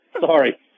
sorry